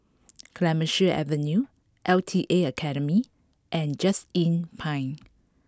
Clemenceau Avenue L T A Academy and Just Inn Pine